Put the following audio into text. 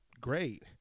great